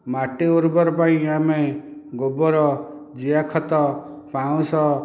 ମାଟି ଉର୍ବର ପାଇଁ ଆମେ ଗୋବର ଜିଆ ଖତ ପାଉଁଶ